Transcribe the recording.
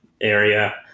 area